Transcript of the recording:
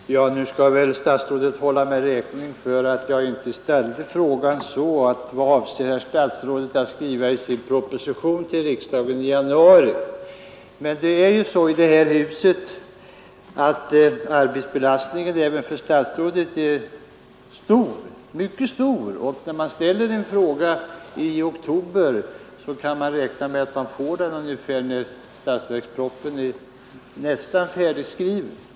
Fru talman! Nog borde statsrådet hålla mig räkning för att jag inte ställt mig upp och sagt: Vad avser statsrådet att skriva i sin proposition till riksdagen i januari? Men det är ju så i detta hus, att arbetsbelastningen även för statsrådet är mycket stor. När man ställer en fråga i oktober kan man räkna med att man får svaret ungefär när statsverkspropositionen är nästan färdigskriven.